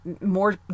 More